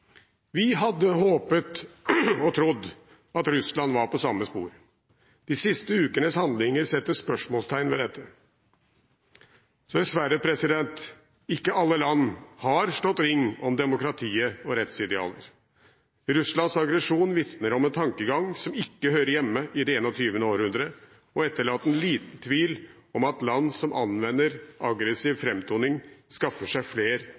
Vi hadde håpet og trodd at Russland var på samme spor. De siste ukenes handlinger setter spørsmålstegn ved dette. Så dessverre, ikke alle land har slått ring om demokratiet og rettsidealer. Russlands aggresjon vitner om en tankegang som ikke hører hjemme i det 21. århundret, og etterlater liten tvil om at land som anvender en aggressiv framtoning, skaffer seg flere